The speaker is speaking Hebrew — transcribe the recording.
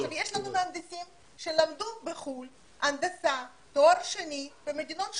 יש לנו מהנדסים שלמדו בחוץ לארץ הנדסה תואר שני במדינות שונות,